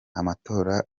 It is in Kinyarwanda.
amatora